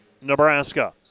Nebraska